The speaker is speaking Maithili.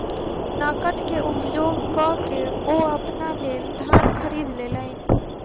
नकद के उपयोग कअ के ओ अपना लेल धान खरीद लेलैन